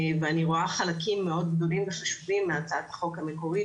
ואני רואה חלקים מאוד גדולים וחשובים מהצעת החוק המקורית,